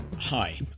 Hi